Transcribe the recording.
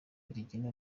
rigena